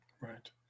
Right